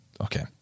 Okay